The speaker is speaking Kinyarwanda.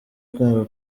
kumva